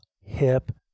hip